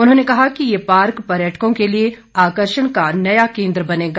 उन्होंने कहा कि ये पार्क पर्यटकों के लिए आकर्षण का नया केंद्र बनेगा